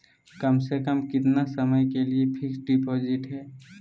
कम से कम कितना समय के लिए फिक्स डिपोजिट है?